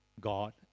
God